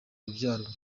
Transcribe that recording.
urubyaro